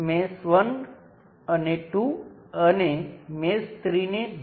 હવે હું આને વોલ્ટેજ સ્ત્રોત સાથે બદલવાનું પસંદ કરું